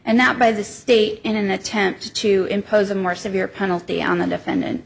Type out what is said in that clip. and that by the state in an attempt to impose a more severe penalty on the defendant